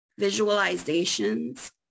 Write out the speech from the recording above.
visualizations